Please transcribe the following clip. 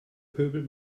pöbel